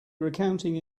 recounting